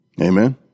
Amen